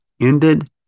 ended